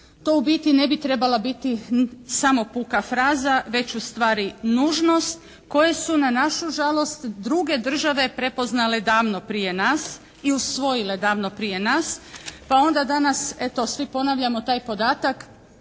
to u biti ne bi trebala biti samo puka fraza, već ustvari nužnost koje su na našu žalost druge države prepoznale davno prije nas i usvojile davno prije nas. Pa onda danas eto svi ponavljamo taj podatak